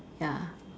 ya